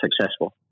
successful